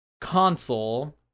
console